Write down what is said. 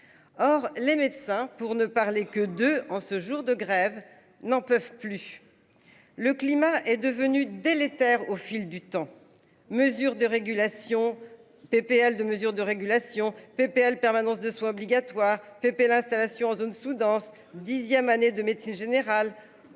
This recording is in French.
Or les médecins pour ne parler que de en ce jour de grève n'en peuvent plus. Le climat est devenu délétère au fil du temps. Mesures de régulation PPL de mesures de régulation PPL permanence de soins obligatoires pépé l'installation en zone sous-dense dixième année de médecine générale.